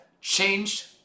changed